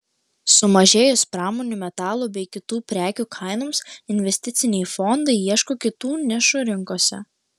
sumažėjus pramoninių metalų bei kitų prekių kainoms investiciniai fondai ieško kitų nišų rinkose